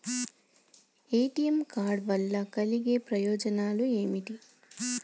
ATM card వల్ల కలిగే ప్రయోజనాలు ఏమిటి?